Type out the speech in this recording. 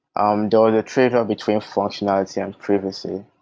um and the trade-off between functionality and privacy,